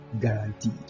guaranteed